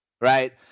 right